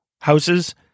houses